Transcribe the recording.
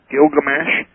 Gilgamesh